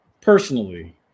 personally